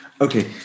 Okay